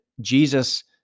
Jesus